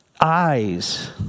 eyes